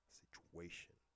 situation